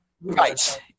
Right